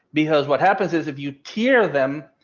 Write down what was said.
because what happens is if you tear them,